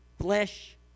Flesh